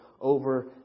over